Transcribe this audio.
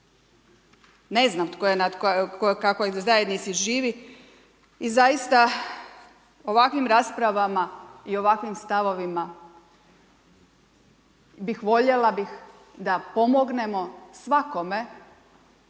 je, u kakvoj zajednici živi i zaista ovakvim raspravama i ovakvim stavovima bih voljela bih da pomognemo svakome